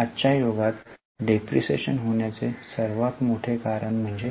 आजच्या युगात डिप्रीशीएशन होण्याचे सर्वात मोठे कारण म्हणजे